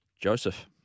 Joseph